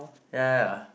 yeah yeah yeah